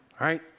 right